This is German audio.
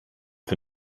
für